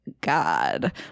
god